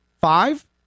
five